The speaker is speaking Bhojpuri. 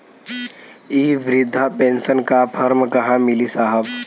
इ बृधा पेनसन का फर्म कहाँ मिली साहब?